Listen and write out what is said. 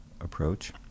approach